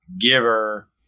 giver